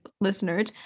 listeners